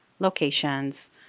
locations